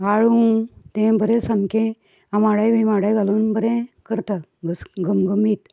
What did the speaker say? आळू तें बरें सामकें आमाडे बिमाडे घालून बरें करता घस घमघमीत